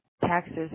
taxes